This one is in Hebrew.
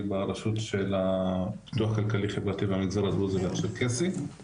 ברשות של הפיתוח כלכלי חברתי במגזר הדרוזי והצ'רקסי.